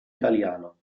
italiano